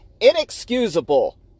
inexcusable